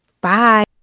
Bye